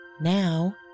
Now